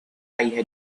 had